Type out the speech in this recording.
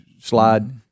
slide